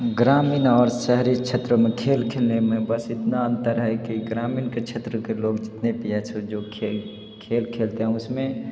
ग्रामीण और शेहरी क्षेत्रों में खेल खेलने में बस इतना अंतर है कि ग्रामीण के क्षेत्र के लोग जितने प्यार से जो खेल खेल खेलते हैं उसमें